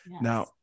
Now